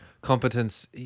Competence